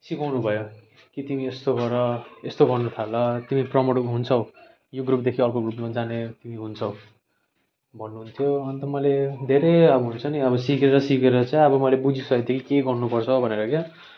सिकाउनुभयो के तिमी यस्तो गर यस्तो गर्नुथाल तिमी प्रमोट हुन्छौ यो ग्रुपदेखि अर्को ग्रुपमा जाने तिमी हुन्छौ भन्नुहुन्थ्यो अन्त मैले धेरै अब हुन्छ नि अब सिकेर सिकेर चाहिँ अब मैले बुझिसकेको थिएँ के गर्नुपर्छ भनेर क्या